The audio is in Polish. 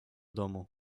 domu